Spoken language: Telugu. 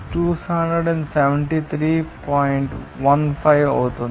15 అవుతుంది